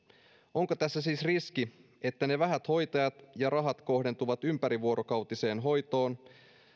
onko tässä siis riski että ne vähät hoitajat ja rahat kohdentuvat ympärivuorokautiseen hoitoon